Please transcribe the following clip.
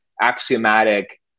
axiomatic